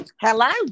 Hello